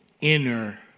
inner